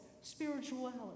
spirituality